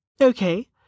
Okay